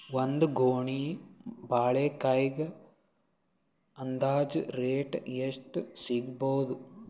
ಒಂದ್ ಗೊನಿ ಬಾಳೆಕಾಯಿಗ ಅಂದಾಜ ರೇಟ್ ಎಷ್ಟು ಸಿಗಬೋದ?